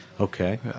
Okay